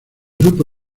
grupo